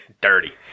Dirty